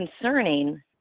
concerning